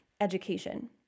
education